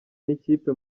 n’ikipe